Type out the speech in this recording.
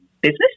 business